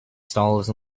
stalls